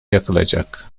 yakılacak